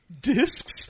discs